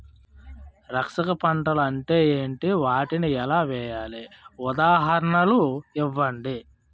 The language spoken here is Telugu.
రక్షక పంటలు అంటే ఏంటి? వాటిని ఎలా వేయాలి? ఉదాహరణలు ఇవ్వండి?